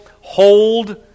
hold